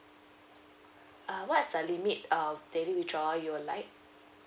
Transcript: uh what's the limit uh daily withdrawal you would like